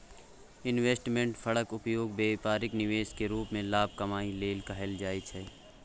investment फंडक उपयोग बेपारिक निवेश केर रूप मे लाभ कमाबै लेल कएल जाइ छै